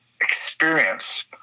experience